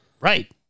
Right